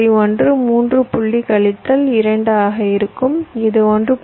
1 3 புள்ளி கழித்தல் 2 ஆக இருக்கும் இது 1